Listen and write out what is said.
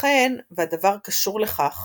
ייתכן והדבר קשור לכך